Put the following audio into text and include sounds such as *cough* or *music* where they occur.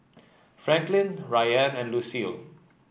*noise* Franklyn Ryann and Lucille